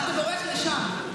למה אתה בורח לשם?